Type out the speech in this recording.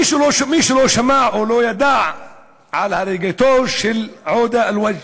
מי שלא שמע או לא ידע על הריגתו של עודה אל-וודג',